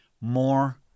more